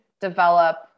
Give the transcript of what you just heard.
develop